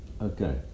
Okay